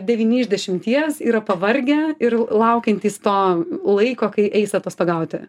devyni iš dešimties yra pavargę ir laukiantys to laiko kai eis atostogauti